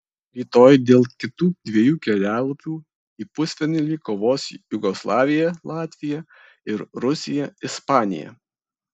rytoj dėl kitų dviejų kelialapių į pusfinalį kovos jugoslavija latvija ir rusija ispanija